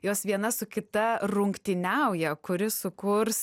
jos viena su kita rungtyniauja kuri sukurs